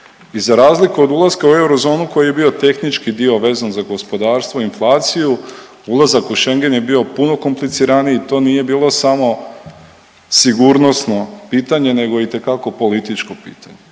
I za razliku od ulaska u eurozonu koji je bio tehnički dio vezan za gospodarstvo, inflaciju, ulazak u Schengen je bio puno kompliciraniji. To nije bilo samo sigurnosno pitanje nego itekako političko pitanje.